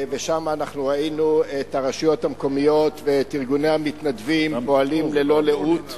אז ראינו את הרשויות המקומיות ואת ארגוני המתנדבים פועלים ללא לאות.